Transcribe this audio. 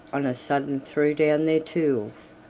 on a sudden threw down their tools,